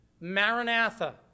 Maranatha